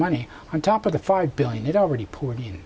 money on top of the five billion it already poured you